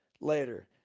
later